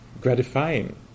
gratifying